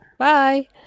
Bye